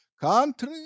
country